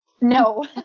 No